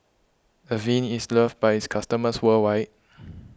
Avene is loved by its customers worldwide